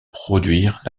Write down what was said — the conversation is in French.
produire